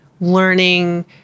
learning